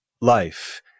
life